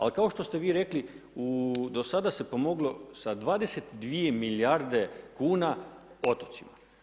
Ali, kao što ste vi rekli, u do sada se je pomoglo sa 22 milijarde kn otocima.